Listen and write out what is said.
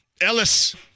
Ellis